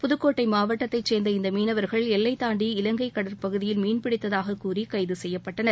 புதுக்கோட்டை மாவட்டத்தைச் சேர்ந்த இந்த மீனவர்கள் எல்லை தாண்டி இலங்கை கடற்பகுதியில் மீன் பிடித்ததாக கூறி கைது செய்யப்பட்டனர்